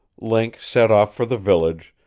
link set off for the village,